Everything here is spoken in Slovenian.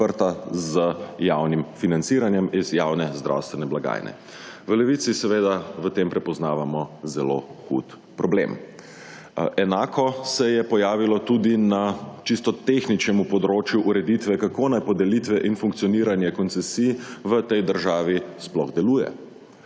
podprta z javnim financiranjem iz javne zdravstvene blagajne. V Levici seveda v tem prepoznavamo zelo hud problem. Enako se je pojavilo tudi na čisto tehničnemu področju ureditve, kako naj podelitve in funkcioniranje koncesij v tej državi sploh deluje.